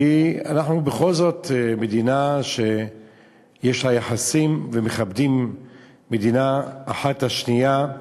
כי אנחנו בכל זאת מדינה שיש לה יחסים ומכבדים מדינה אחת את השנייה.